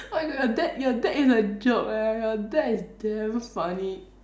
oh my god your dad your dad is a joke leh your dad is damn funny